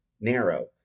narrow